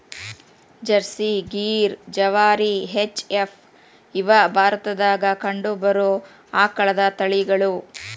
Jersey, Gir, Jawari, H F, ಇವ ಭಾರತದಾಗ ಕಂಡಬರು ಆಕಳದ ತಳಿಗಳು